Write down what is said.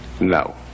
No